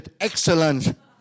excellent